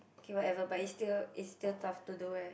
okay whatever but it's still it's still tough to do eh